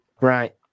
Right